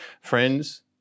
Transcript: friends